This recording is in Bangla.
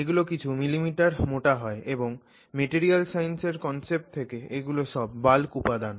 এগুলো কিছু মিলিমিটার মোটা হয় এবং মেটেরিয়াল সাইন্সের কনসেপ্ট থেকে এগুলো সব বাল্ক উপাদান